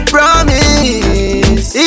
Promise